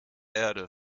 erde